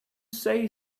say